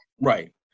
Right